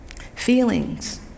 Feelings